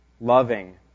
loving